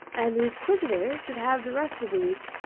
and the inquisitor should have the rest of the week.